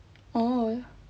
oh